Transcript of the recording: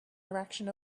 direction